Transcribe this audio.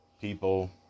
people